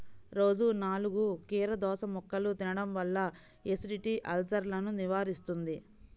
రోజూ నాలుగు కీరదోసముక్కలు తినడం వల్ల ఎసిడిటీ, అల్సర్సను నివారిస్తుంది